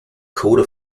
code